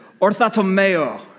orthotomeo